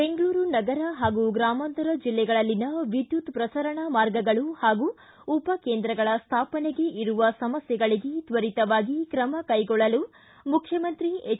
ಬೆಂಗಳೂರು ನಗರ ಹಾಗೂ ಗ್ರಾಮಾಂತರ ಜಿಲ್ಲೆಗಳಲ್ಲಿನ ವಿದ್ಯುತ್ ಪ್ರಸರಣಾ ಮಾರ್ಗಗಳು ಹಾಗೂ ಉಪಕೇಂದ್ರಗಳ ಸ್ಥಾಪನೆಗೆ ಇರುವ ಸಮಸ್ಥೆಗಳಿಗೆ ತ್ವರಿತವಾಗಿ ಕ್ರಮ ಕೈಗೊಳ್ಳಲು ಮುಖ್ಯಮಂತ್ರಿ ಹೆಚ್